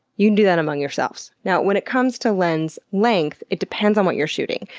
you can do that among yourselves. now when it comes to lens length, it depends on what you're shooting.